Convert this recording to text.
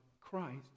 Christ